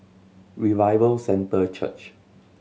Revival Centre Church